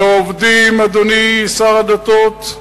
לא עובדים, אדוני שר הדתות,